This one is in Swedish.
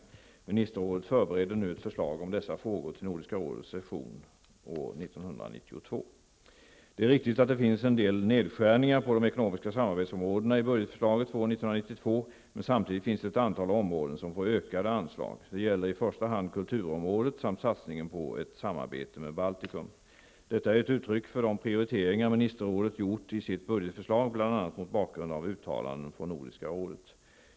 Ministerrådet förbereder nu ett förslag om dessa frågor till Nordiska rådets session år 1992. Det är riktigt att det finns en del nedskärningar på de ekonomiska samarbetsområdena i budgetförslaget för år 1992. Men samtidigt finns det ett antal områden som får ökade anslag. Det gäller i första hand kulturområdet samt satsningen på ett samarbete med Baltikum. Detta är ett uttryck för de prioriteringar ministerrådet gjort i sitt budgetförslag, bl.a. mot bakgrund av uttalanden från Nordiska rådet.